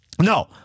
No